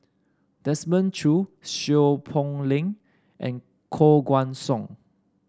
Desmond Choo Seow Poh Leng and Koh Guan Song